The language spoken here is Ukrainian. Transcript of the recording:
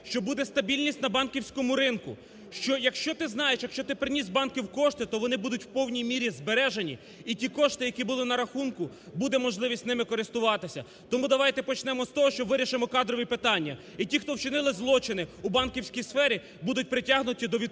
що буде стабільність на банківському ринку, що якщо ти знаєш, якщо ти приніс в банк кошти, то вони будуть в повній мірі збережені і ті кошти, які були на рахунку, буде можливість ними користуватися. Тому давайте почнемо з того, що вирішимо кадрові питання. І ті, хто вчинили злочини у банківській сфері, будуть притягнуті до відповідальності